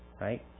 Right